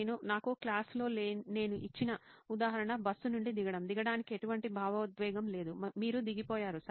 నాకు క్లాసులో నేను ఇచ్చిన ఉదాహరణ బస్సు నుండి దిగడం దిగడానికి ఎటువంటి భావోద్వేగం లేదు మీరు దిగిపోయారు సరేనా